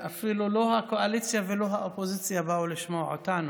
לא הקואליציה ולא האופוזיציה באו לשמוע אותנו,